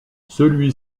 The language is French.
celui